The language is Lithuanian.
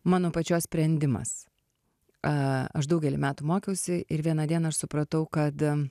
mano pačios sprendimas a aš daugelį metų mokiausi ir vieną dieną aš supratau kad